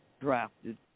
drafted